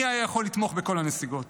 מי היה יכול לתמוך בכל הנסיגות?